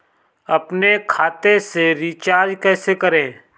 अपने खाते से रिचार्ज कैसे करें?